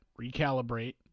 recalibrate